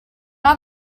not